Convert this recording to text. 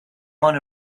want